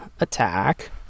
attack